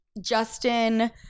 Justin